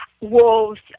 wolves